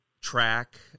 track